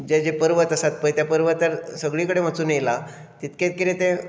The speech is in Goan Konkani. जे जे पर्वत आसात पळय त्या पर्वतार सगळे कडेन वचून येयला तितके कितें ते